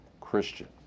Christian